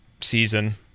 season